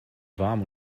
warm